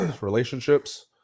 relationships